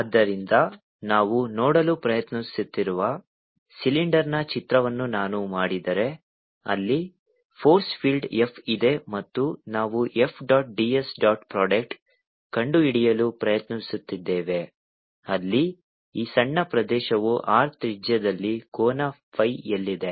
ಆದ್ದರಿಂದ ನಾವು ನೋಡಲು ಪ್ರಯತ್ನಿಸುತ್ತಿರುವ ಸಿಲಿಂಡರ್ನ ಚಿತ್ರವನ್ನು ನಾನು ಮಾಡಿದರೆ ಅಲ್ಲಿ ಫೋರ್ಸ್ ಫೀಲ್ಡ್ F ಇದೆ ಮತ್ತು ನಾವು F dot ds dot product ಕಂಡುಹಿಡಿಯಲು ಪ್ರಯತ್ನಿಸುತ್ತಿದ್ದೇವೆ ಅಲ್ಲಿ ಈ ಸಣ್ಣ ಪ್ರದೇಶವು R ತ್ರಿಜ್ಯದಲ್ಲಿ ಕೋನ phi ಯಲ್ಲಿದೆ